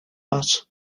más